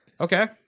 Okay